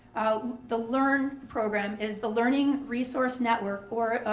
the learn program is the learning resource network or